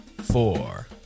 four